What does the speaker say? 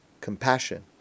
compassion